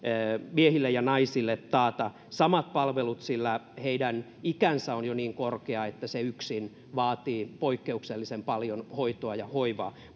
miehille ja naisille taata samat palvelut sillä heidän ikänsä on jo niin korkea että se yksin vaatii poikkeuksellisen paljon hoitoa ja hoivaa